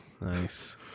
Nice